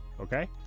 okay